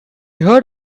heard